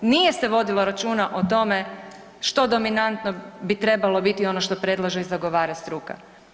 Nije se vodilo računa o tome što dominantno bi trebalo biti ono što predlaže i zagovara struka.